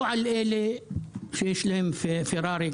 לא על אלה שיש להם פרארי,